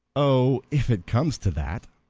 oh, if it comes to that,